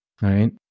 right